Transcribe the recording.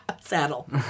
Saddle